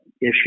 issue